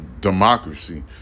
democracy